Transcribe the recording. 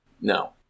No